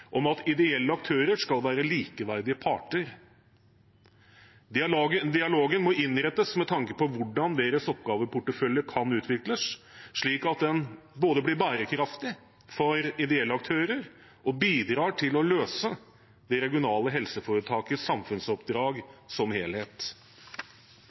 om at ideelle aktører skal være likeverdige parter. Dialogen må innrettes med tanke på hvordan deres oppgaveportefølje kan utvikles, slik at den både blir bærekraftig for ideelle aktører og bidrar til å løse det regionale helseforetakets samfunnsoppdrag